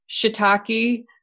shiitake